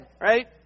right